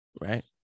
right